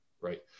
right